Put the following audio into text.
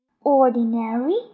Ordinary